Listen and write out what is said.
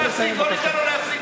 לא ניתן לו להסית פה.